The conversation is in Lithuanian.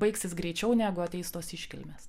baigsis greičiau negu ateis tos iškilmės